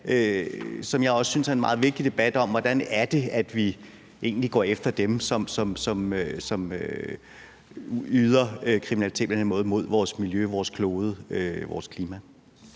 som jeg også synes er meget vigtig, om, hvordan det egentlig er, at vi går efter dem, som begår kriminalitet på den her måde mod vores miljø, vores klode og vores klima?